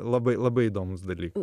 labai labai įdomūs dalykai